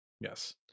yes